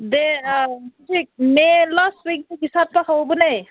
ꯍꯧꯖꯤꯛ May last ꯋꯤꯛꯇꯒꯤ ꯁꯥꯠꯄ ꯍꯧꯕꯅꯦ